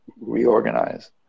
reorganize